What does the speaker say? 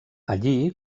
allí